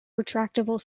retractable